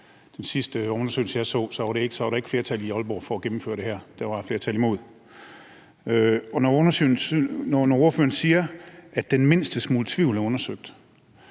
I den sidste undersøgelse, jeg så, var der ikke flertal i Aalborg for at gennemføre det her; der var et flertal imod. Og når ordføreren siger, at den mindste smule tvivl er undersøgt,